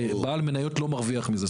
ובעל מניות לא מרוויח מזה.